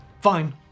Fine